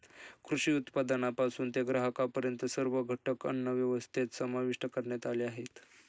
कृषी उत्पादनापासून ते ग्राहकांपर्यंत सर्व घटक अन्नव्यवस्थेत समाविष्ट करण्यात आले आहेत